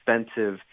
expensive